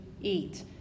eat